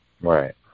Right